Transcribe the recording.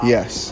Yes